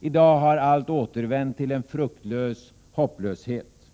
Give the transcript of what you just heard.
I dag har allt återvänt till en fruktlös hopplöshet.